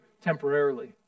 temporarily